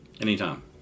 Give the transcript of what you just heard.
Anytime